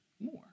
more